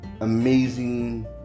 amazing